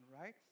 right